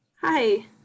Hi